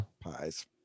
pies